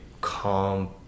calm